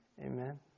Amen